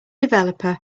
developer